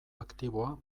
aktiboa